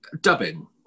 dubbing